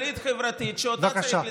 יש פה מציאות כלכלית-חברתית שאותה צריך לתקן,